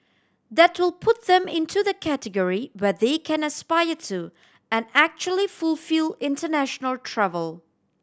that will put them into the category where they can aspire to and actually fulfil international travel